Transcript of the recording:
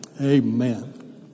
Amen